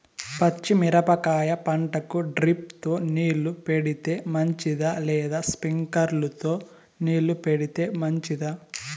పచ్చి మిరపకాయ పంటకు డ్రిప్ తో నీళ్లు పెడితే మంచిదా లేదా స్ప్రింక్లర్లు తో నీళ్లు పెడితే మంచిదా?